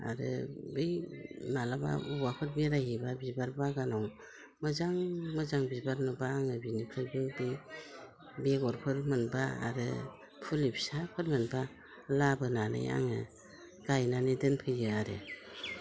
आरो बै माब्लाबा बहाबाफोर बेरायहैबा बिबार बागानाव मोजां मोजां बिबार नुबा आङो बेनिफ्रायबो बे बेगरफोर मोनबा आरो फुलि फिसाफोर मोनबा लाबोनानै आङो गायनानै दोनफैयो आरो